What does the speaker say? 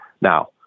Now